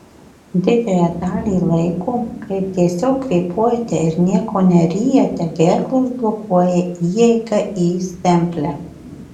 didžiąją dalį laiko kai tiesiog kvėpuojate ir nieko neryjate gerklos blokuoja įeigą į stemplę